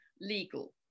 legal